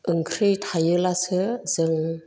ओंख्रै थायोलासो जों